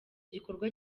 gikorwa